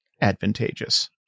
advantageous